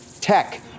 Tech